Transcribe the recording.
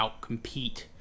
outcompete